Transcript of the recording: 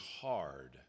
hard